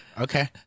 okay